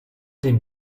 den